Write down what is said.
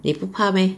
你不怕 meh